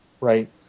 Right